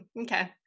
okay